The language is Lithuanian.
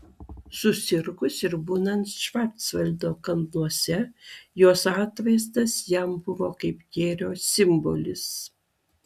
susirgus ir būnant švarcvaldo kalnuose jos atvaizdas jam buvo kaip gėrio simbolis